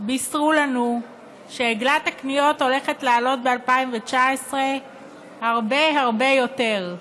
בישרו לנו שעגלת הקניות הולכת לעלות ב-2019 הרבה הרבה יותר.